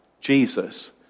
Jesus